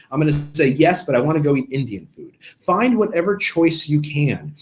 i'm gonna say yes but i wanna go eat indian food. find whatever choice you can,